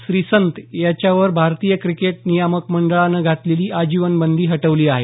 श्रीसंत याच्यावर भारतीय क्रिकेट नियामक मंडळनं घातलेली आजीवन बंदी हटवली आहे